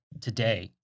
today